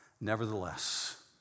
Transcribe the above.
Nevertheless